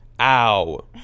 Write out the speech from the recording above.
ow